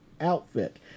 outfit